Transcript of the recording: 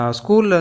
school